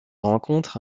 rencontre